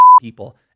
people